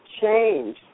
change